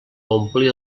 omplir